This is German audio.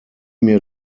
mir